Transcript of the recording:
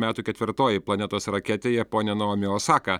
metų ketvirtoji planetos raketė japonė naomi osaka